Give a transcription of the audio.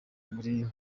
muri